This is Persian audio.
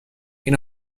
این